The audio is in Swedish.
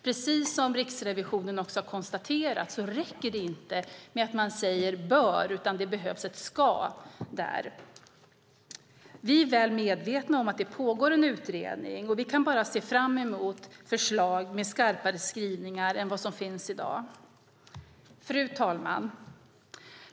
Precis som Riksrevisionen också har konstaterat räcker det inte med att man säger bör utan det behövs ett ska där. Vi är väl medvetna om att det pågår en utredning, och vi kan bara se fram emot förslag med skarpare skrivningar än vad som finns i dag. Fru talman!